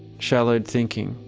shallowed thinking,